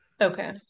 okay